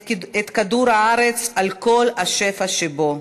את כדור-הארץ, על כל השפע שבו.